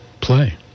play